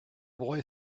boy